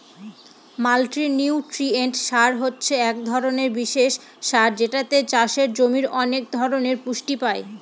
multinutrient সার হছে এক ধরনের বিশেষ সার যেটাতে চাষের জমির অনেক ধরনের পুষ্টি পাই